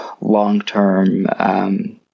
long-term